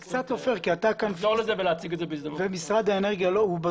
זה קצת לא פייר כי אתה כאן ומשרד האנרגיה בזום,